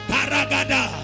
Karagada